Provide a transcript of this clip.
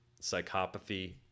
psychopathy